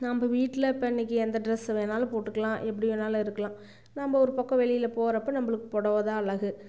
நம்ம வீட்டில இப்போ இன்னைக்கு எந்த டிரெஸ் வேணாலும் போட்டுக்கலாம் எப்படி வேணாலும் இருக்கலாம் நம்ம ஒரு பக்கம் வெளியில போகிறப்ப நம்மளுக்கு புடவை தான் அழகு